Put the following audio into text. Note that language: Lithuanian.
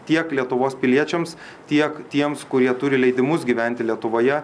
tiek lietuvos piliečiams tiek tiems kurie turi leidimus gyventi lietuvoje